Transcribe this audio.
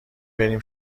بریم